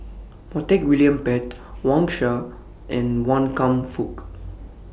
Montague William Pett Wang Sha and Wan Kam Fook